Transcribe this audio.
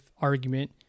argument